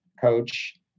coach